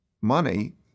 money